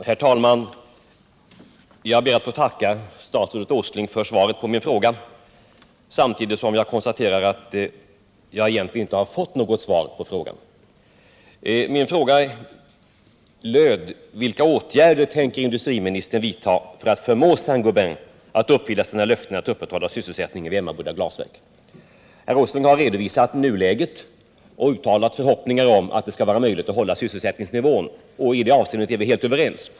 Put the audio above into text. Herr talman! Jag ber att få tacka statsrådet Åsling för svaret, samtidigt som jag konstaterar att jag egentligen inte har fått något svar på frågan. Herr Åsling har redovisat nuläget och uttalat förhoppningar om att det skall vara möjligt att hålla sysselsättningsnivån. I det avseendet är vi helt överens.